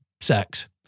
sex